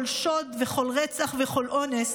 כל שוד וכל רצח וכל אונס,